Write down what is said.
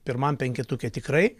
pirmam penketuke tikrai